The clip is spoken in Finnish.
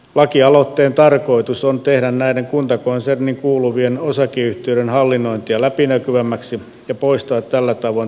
lakialoitteen tarkoitus on tehdä näiden kuntakonserniin kuuluvien osakeyhtiöiden hallinnointia läpinäkyvämmäksi ja poistaa tällä tavoin tilaisuuksia piilokorruptioon